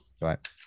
right